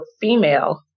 female